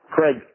Craig